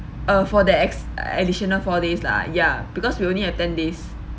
uh for the ex~ additional four days lah ya because we only have ten days